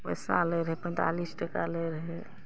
पैसा लै रहै पैंतालिस टका लै रहै